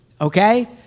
okay